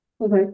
okay